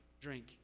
drink